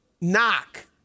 knock